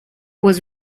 was